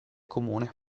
comune